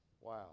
Wow